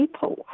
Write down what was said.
people